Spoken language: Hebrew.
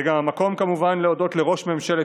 זה גם המקום כמובן להודות לראש ממשלת